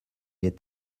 est